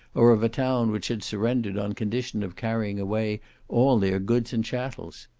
or of a town which had surrendered on condition of carrying away all their goods and chattels.